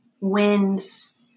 wins